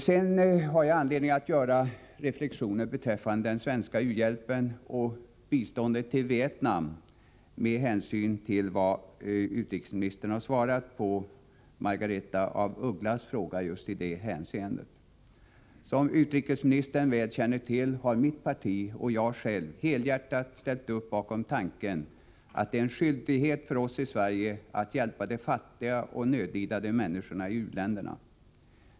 Det finns anledning att göra ett par reflexioner beträffande den svenska u-hjälpen och biståndet till Vietnam med hänsyn till vad utrikesministern har svarat på Margareta af Ugglas fråga i just det hänseendet. Som utrikesministern väl känner till har mitt parti och jag själv helhjärtat ställt oss bakom tanken att det är en skyldighet för oss i Sverige att hjälpa de fattiga och nödlidande människorna i u-länderna.